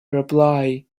reply